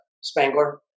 Spangler